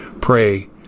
Pray